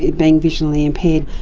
being visually impaired,